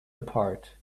apart